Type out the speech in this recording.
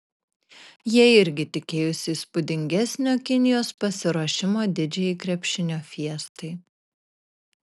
jie irgi tikėjosi įspūdingesnio kinijos pasiruošimo didžiajai krepšinio fiestai